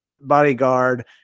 bodyguard